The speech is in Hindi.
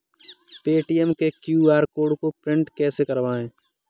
पेटीएम के क्यू.आर कोड को प्रिंट कैसे करवाएँ?